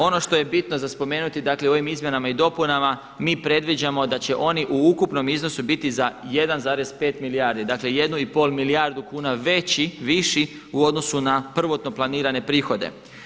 Ono što je bitno za spomenuti dakle u ovom izmjenama i dopunama mi predviđamo da će oni u ukupnom iznosu biti za 1,5 milijardi, dakle 1,5 milijardu kuna veći, viši u odnosu na prvotno planirane prihode.